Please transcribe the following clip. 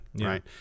right